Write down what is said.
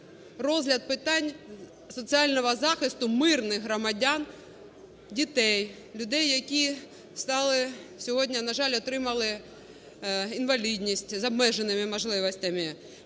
розгляд питань соціального захисту мирних громадян: дітей, людей, які стали сьогодні, на жаль, отримали інвалідність, з обмеженими можливостями,